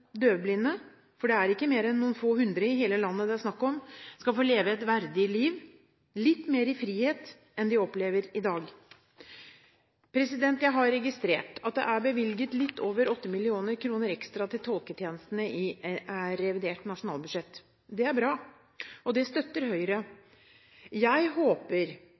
døvblinde – for det er ikke mer enn noen få hundre i hele landet det er snakk om – skal få leve et verdig liv, litt mer i frihet enn de opplever i dag. Jeg har registrert at det er bevilget litt over 8 mill. kr ekstra til tolketjenesten i revidert nasjonalbudsjett. Det er bra, og det støtter Høyre. Jeg håper